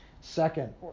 Second